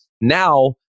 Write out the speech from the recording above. now